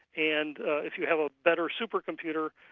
and if you have a better supercomputer,